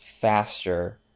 faster